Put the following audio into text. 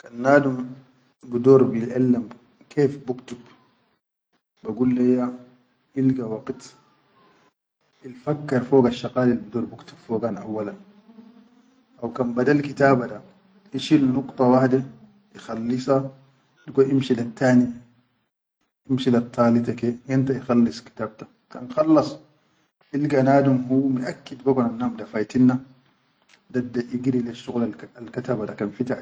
Kan nadum bidor biʼellem kef buktub ba gulleya ilga waqit iffakkar fog shaqalil bidor biktub fogan auwalan haw kan badal kitaba da, ishif lubda wade da ikhallisa digo imshi lel taniye imshi le talita ta ke yom ta in khalis kitab ta, kan khalas ilga nadum hu miʼaqid fogan nam da al fatinna dadda igiri le shakwalal al kataba da.